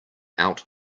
out